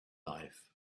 life